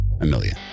Amelia